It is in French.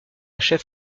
chef